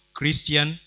Christian